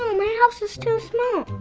my house is too small.